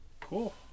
Cool